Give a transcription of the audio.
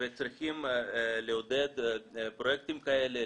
וצריכים לעודד פרויקטים כאלה,